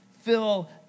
fill